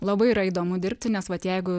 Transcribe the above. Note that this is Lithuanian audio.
labai yra įdomu dirbti nes vat jeigu